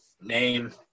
name